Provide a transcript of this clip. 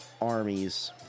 armies